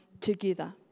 together